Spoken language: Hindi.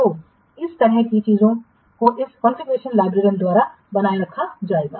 तो इस तरह की चीजों को इस कंफीग्रेशन लाइब्रेरियन द्वारा बनाए रखा जाएगा